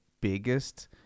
biggest